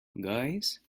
guys